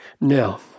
Now